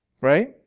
Right